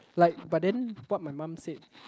like but then what my mum said